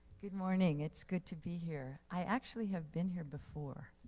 good morning. it's good to be here. i actually have been here before,